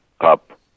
up